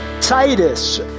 Titus